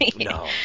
no